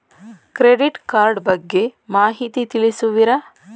Credit card ಬಗ್ಗೆ ಮಾಹಿತಿ ತಿಳಿಸುವಿರಾ?